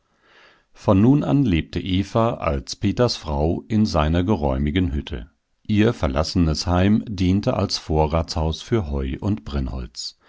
von nun an lebte eva als peters frau in seiner geräumigen hütte ihr verlassenes heim diente als vorratshaus für heu und brennholz